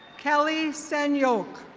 kelly senyoke.